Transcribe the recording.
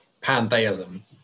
pantheism